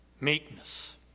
meekness